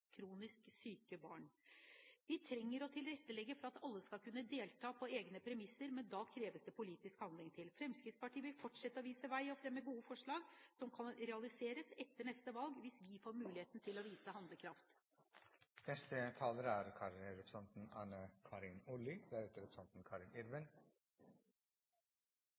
kronisk syke barn. Vi trenger å tilrettelegge for at alle skal kunne delta på egne premisser, men da kreves det politisk handling. Fremskrittspartiet vil fortsette å vise vei og fremme gode forslag som kan realiseres etter neste valg, hvis vi får muligheten til å vise handlekraft. Regjeringen sier at de fortsatt vil satse på nordområdene. Jeg synes det er